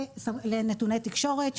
ולנטולי תקשורת.